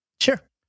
Sure